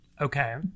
Okay